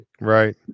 Right